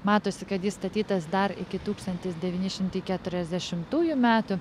matosi kad jis statytas dar iki tūkstantis devyni šimtai keturiasdešimtųjų metų